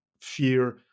fear